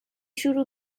شروع